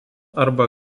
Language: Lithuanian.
arba